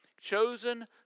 chosen